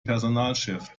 personalchef